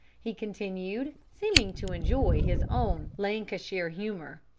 he continued, seeming to enjoy his own lancashire humor.